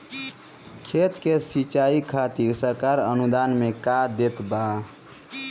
खेत के सिचाई खातिर सरकार अनुदान में का देत बा?